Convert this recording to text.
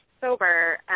sober